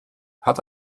hat